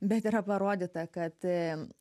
bet yra parodyta kad